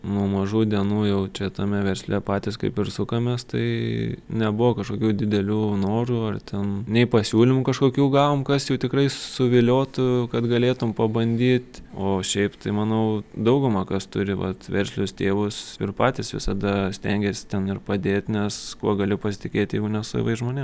nuo mažų dienų jau čia tame versle patys kaip ir sukamės tai nebuvo kažkokių didelių norų ar ten nei pasiūlymų kažkokių gavom kas jau tikrai suviliotų kad galėtum pabandyt o šiaip tai manau dauguma kas turi vat verslius tėvus ir patys visada stengiasi ten ir padėt nes kuo galiu pasitikėt jeigu ne savais žmonėm